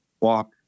walk